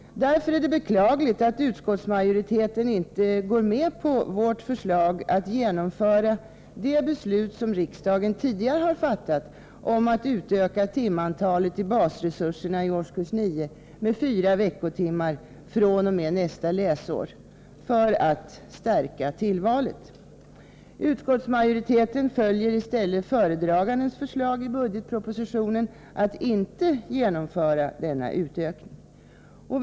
Därför är det beklagligt att utskottsmajoriteten inte går med på vårt förslag att genomföra det beslut som riksdagen tidigare har fattat om att utöka timantalet i basresurserna i årskurs 9 med 4 veckotimmar fr.o.m. nästa läsår för att stärka tillvalet. Utskottsmajoriteten följer i stället föredragandens förslag i budgetpropositionen att inte genomföra utökningen.